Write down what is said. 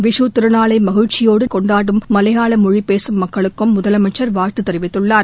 விஷூ திருநாளை மகிழ்ச்சியோடு நாளை கொண்டாடும் மலையாள மொழி பேசும் மக்களுக்கும் முதலமைச்சர் வாழ்த்து தெரிவித்துள்ளார்